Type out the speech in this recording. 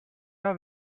are